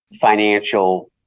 financial